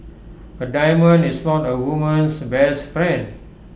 A diamond is not A woman's best friend